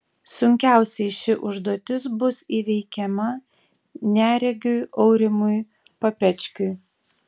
sunkiausiai ši užduotis bus įveikiama neregiui aurimui papečkiui